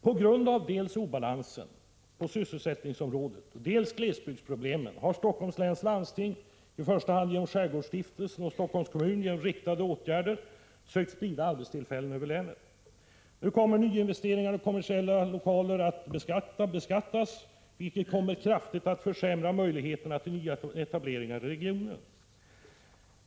På grund av dels obalansen på sysselsättningsområdet, dels glesbygdspro blemen har Stockholms läns landsting — i första hand genom Skärgårdsstiftel — Prot. 1986/87:8 sen och Stockholms kommun — genom riktade åtgärder sökt sprida arbetstill 16 oktober 1986 fällen över länet. Nu kommer nyinvesteringar i kommersiella lokaler att Om särskild beskan beskattas, vilket kommer att kraftigt försämra möjligheterna till nyetablening av företag i Stockringar 1 regionen. holmsregionen m.fl.